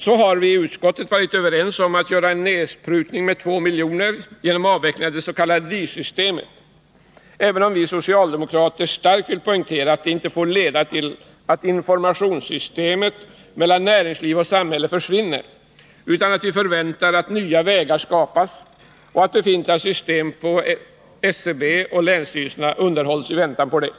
Så har vi i utskottet varit överens om att göra en nedprutning med 2 miljoner genom avveckling av det s.k. DIS-systemet, även om vi socialdemokrater starkt vill poängtera att detta inte får innebära att informationsutbytet mellan näringsliv och samhälle försvinner, utan att vi förväntar att nya vägar skapas och att befintliga system på SCB och länsstyrelserna underhålls i väntan på detta.